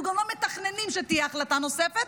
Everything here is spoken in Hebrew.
אנחנו גם לא מתכננים שתהיה החלטה נוספת.